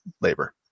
labor